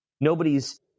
nobody's